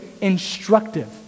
instructive